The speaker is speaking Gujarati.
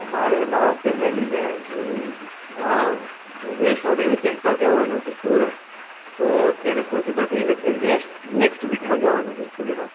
અમારે મારા ફેમિલીને વૈષ્ણોદેવી ટેમ્પલ જાવાનું હતું સુરત તો અત્યારે પોસિબલ થઈ શકે નએક્સ નેક્સ્ટ વીકમાં જાવાનું છે એક્ચ્યુલીમાં